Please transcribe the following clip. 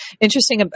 Interesting